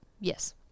Yes